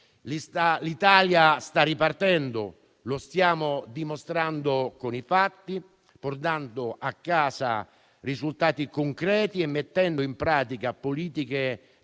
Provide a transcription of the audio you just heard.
l'Italia sta ripartendo: lo stiamo dimostrando con i fatti, portando a casa risultati concreti e mettendo in pratica politiche